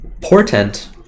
Portent